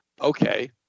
Okay